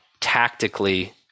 tactically